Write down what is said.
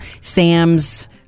sam's